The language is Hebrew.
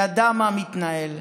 ידע מה מתנהל.